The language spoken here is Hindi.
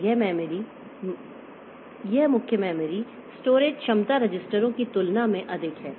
तो यह मुख्य मेमोरी स्टोरेज क्षमता रजिस्टरों की तुलना में अधिक है